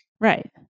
Right